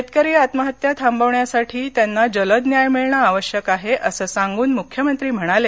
शेतकरी आत्महत्या थांबवण्यासाठी त्यांना जलद न्याय मिळणं आवश्यक आहे असं सांगून मुख्यमंत्री म्हणाले